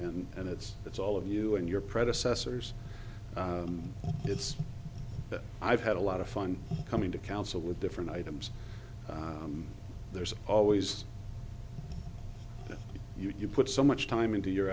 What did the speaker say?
and and it's it's all of you and your predecessors it's that i've had a lot of fun coming to council with different items there's always been you put so much time into your